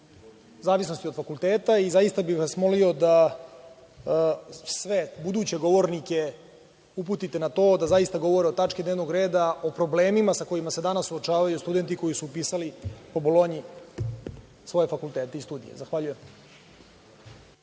u zavisnosti od fakulteta. Zaista bih vas molio da sve buduće govornike uputite na to da zaista govore o tački dnevnog reda, o problemima s kojima se danas suočavaju studenti koji su upisali po Bolonji svoje fakultete i studije. Zahvaljujem.